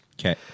Okay